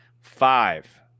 Five